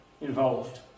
involved